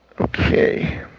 Okay